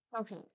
Okay